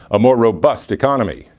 a more robust economy,